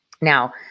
Now